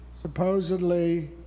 supposedly